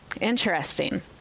Interesting